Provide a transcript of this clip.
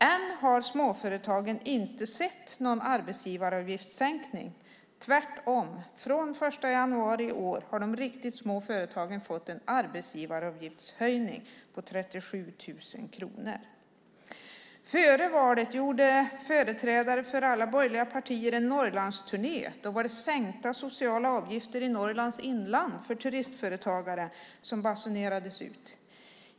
Än har småföretagen inte sett någon arbetsgivaravgiftssänkning - tvärtom. Från den 1 januari i år har de riktigt små företagen fått en arbetsgivaravgiftshöjning på 37 000 kronor. Före valet gjorde företrädare för alla borgerliga partier en Norrlandsturné. Då var det sänkta sociala avgifter i Norrlands inland för turistföretagare som basunerades ut.